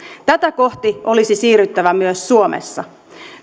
tätä kohti olisi siirryttävä myös suomessa